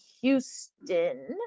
Houston